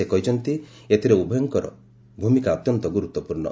ସେ କହିଛନ୍ତି ଏଥିରେ ଉଭୟଙ୍କର ଭୂମିକା ଅତ୍ୟନ୍ତ ଗୁରୁତ୍ୱପୂର୍୍ଣ